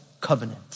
covenant